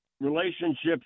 relationships